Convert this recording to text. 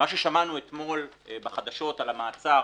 מה ששמענו אתמול בחדשות על המעצר